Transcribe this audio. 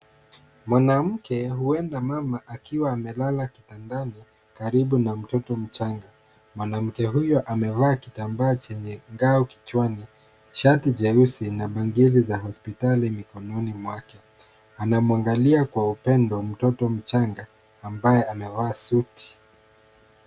Mwanamke huenda mama akiwa amelala kitandani karibu na mtoto mchanga mwanamke huyu amevaa kitambaa chenye gao kichwani shati jeusi na bangili za hospitali mikononi mwake. Anamuangalia kwa upendo mtoto mchanga ambaye amevaa suti.